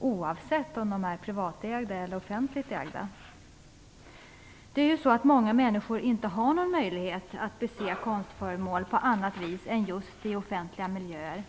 oavsett om de privatägda eller offentligt ägda. Många människor har ju ingen möjlighet att bese konstföremål på annat vis än just i offentliga miljöer.